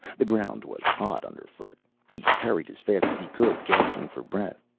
the ground was hot underfoot. he hurried as fast as he could, gasping for breath.